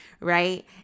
right